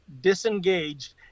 disengaged